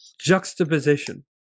juxtaposition